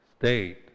state